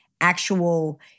actual